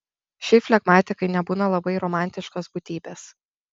šiaip flegmatikai nebūna labai romantiškos būtybės